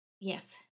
yes